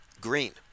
Green